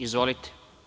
Izvolite.